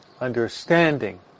understanding